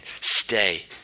stay